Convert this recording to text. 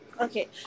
okay